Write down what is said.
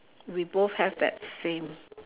we both have that same